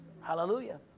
Hallelujah